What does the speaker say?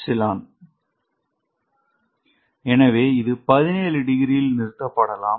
slide நேரம் 4135 ஐப் பார்க்கவும் எனவே இது 17 டிகிரியில் நிறுத்தப்படலாம்